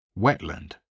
Wetland